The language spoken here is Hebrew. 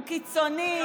הוא קיצוני,